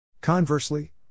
Conversely